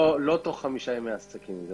לא תוך חמישה ימי עסקים.